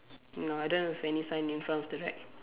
no I don't have any sign in front of the rack